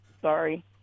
Sorry